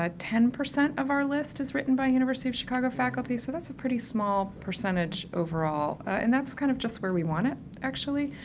ah ten percent of our list is written by university of chicago faculty, so that's a pretty small percentage overall, ah, and that's kind of just where we want it actually.